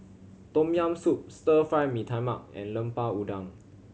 Tom Yam Soup Stir Fry Mee Tai Mak and Lemper Udang